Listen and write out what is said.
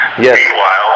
Yes